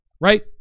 right